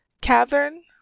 cavern